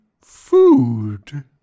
food